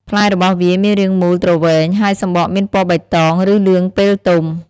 ផ្លែរបស់វាមានរាងមូលទ្រវែង ហើយសម្បកមានពណ៌បៃតង ឬលឿងពេលទុំ។